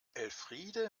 elfriede